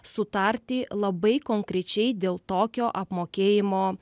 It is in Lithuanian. sutarti labai konkrečiai dėl tokio apmokėjimo